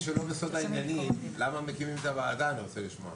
אני שמחה